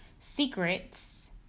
Secrets